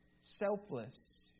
selfless